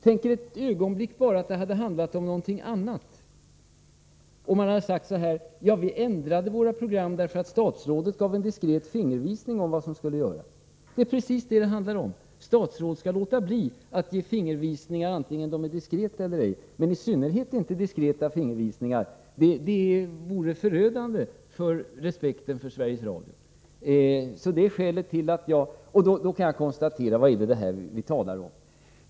Tänk er bara ett ögonblick att det hade handlat om någonting annat och man hade sagt: Vi ändrade våra program därför att statsrådet gav en diskret fingervisning om vad som skulle göras. Detta visar precis vad det handlar om: Statsråd skall låta bli att ge fingervisningar, vare sig de är diskreta eller ej, men i synnerhet diskreta. Det vore annars förödande för respekten för Sveriges Radio. Vad är det vi talar om?